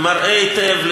כפי שהדיון הזה מראה היטב,